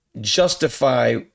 justify